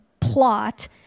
plot